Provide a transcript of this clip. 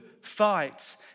fight